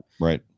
Right